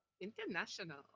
international